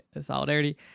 Solidarity